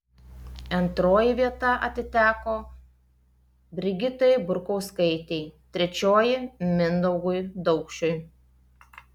antroji vieta atiteko brigitai burkauskaitei trečioji mindaugui daukšiui